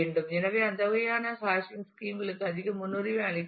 எனவே அந்த வகையான ஹேஷிங் ஸ்கீம் களுக்கு அதிக முன்னுரிமை அளிக்க வேண்டும்